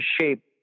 shape